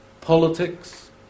politics